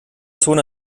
zone